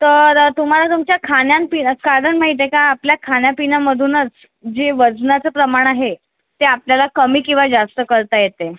तर तुम्हाला तुमच्या खाण्यान पि कारण माहीत आहे का आपल्या खाण्यापिण्यामधूनच जे वजनाचं प्रमाण आहे ते आपल्याला कमी किंवा जास्त करता येते